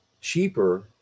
cheaper